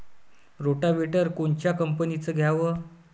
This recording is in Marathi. रोटावेटर कोनच्या कंपनीचं घ्यावं?